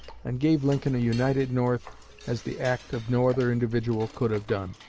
and gave lincoln a united north as the act of no other individual could have done.